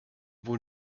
wohl